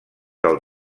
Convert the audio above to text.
del